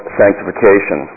sanctification